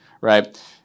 Right